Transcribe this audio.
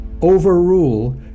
overrule